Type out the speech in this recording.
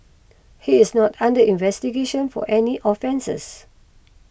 he is not under investigation for any offences